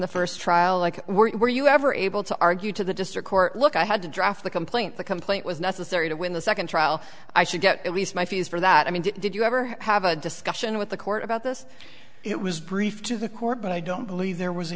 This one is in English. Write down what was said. the first trial like were you ever able to argue to the district court look i had to draft the complaint the complaint was necessary to win the second trial i should get at least my fees for that i mean did you ever have a discussion with the court about this it was briefed to the court but i don't believe there was a